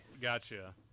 Gotcha